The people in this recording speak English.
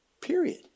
period